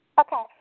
Okay